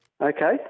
Okay